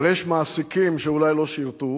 אבל יש מעסיקים שאולי לא שירתו